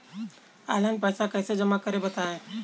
Online पैसा कैसे जमा करें बताएँ?